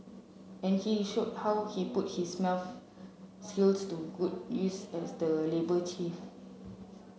and he showed how he put his maths skills to good use as the labour chief